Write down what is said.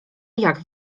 jak